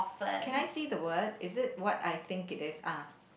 can I see the word is it what I think it is ah